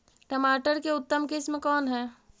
टमाटर के उतम किस्म कौन है?